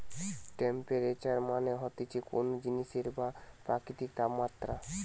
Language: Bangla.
টেম্পেরেচার মানে হতিছে কোন জিনিসের বা প্রকৃতির তাপমাত্রা